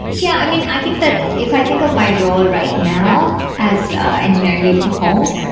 yeah. i mean, i think that if i think of my role right now as engineering lead for homes,